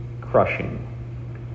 crushing